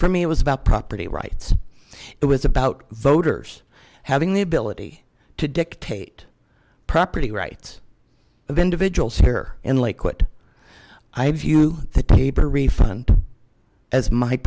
for me it was about property rights it was about voters having the ability to dictate property rights of individuals here in lakewood i view the tabor refund as my